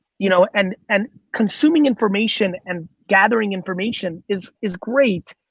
you know and and consuming information and gathering information is is great.